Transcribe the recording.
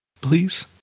please